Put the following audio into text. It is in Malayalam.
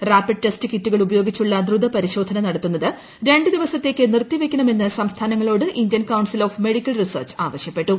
റാപ്പിഡ് ടെസ്റ്റ് കിറ്റുകൾ ഉപയോഗിച്ചുള്ള ദ്രുത്യ പ്രിശോധന നടത്തുന്നത് രണ്ട് ദിവസത്തേക്ക് നിർത്തിവയ്ക്ക്ണൂക്കുമന്ന് സംസ്ഥാനങ്ങളോട് Indian Council of Medical Research ആവശ്യപ്പെട്ടു